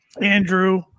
Andrew